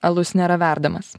alus nėra verdamas